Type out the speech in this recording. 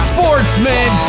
Sportsman